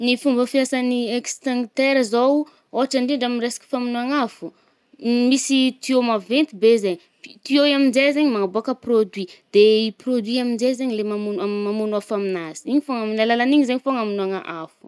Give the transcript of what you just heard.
Ny fomba fiasan’ny extincteur zaoo, ôhatra ndrindra amy resaky famonoàgna afo. Misy tuyau maventy be zay, tuyau i aminje zaigny, manaboàka produit. De i produit i aminje zaigny le mamono mogno-mamogno afo aminazy. I fô amin’ny alalan’igny zay fogna amonoàga afo.